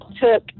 took